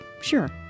sure